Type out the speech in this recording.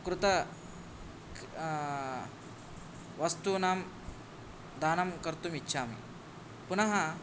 कृत वस्तूनां दानं कर्तुमिच्छामि पुनः